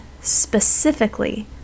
specifically